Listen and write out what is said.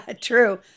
True